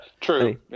True